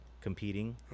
competing